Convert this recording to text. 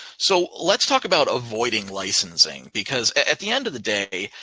so let's talk about avoiding licensing because at the end of the day,